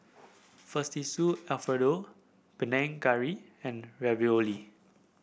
Fettuccine Alfredo Panang Curry and Ravioli